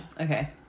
okay